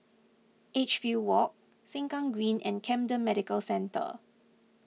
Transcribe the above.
Edgefield Walk Sengkang Green and Camden Medical Centre